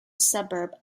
suburb